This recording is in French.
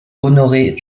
honoré